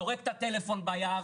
זורק את הטלפון ביער,